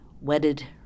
wedded